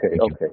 okay